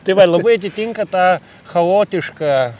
tai va labai atitinka tą chaotišką